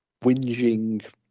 whinging